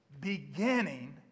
beginning